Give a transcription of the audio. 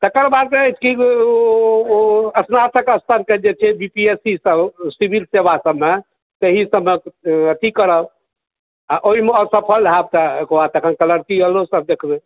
तकर बादके अछि ओ स्नातक स्तरके जे छै बी पी एस सी सभ सिविल सेवा सभमे ताहि सभमे अथि करब आ ओहिमे असफल होयब तऽ ओकर बाद क्लरिकलोसभ देखबै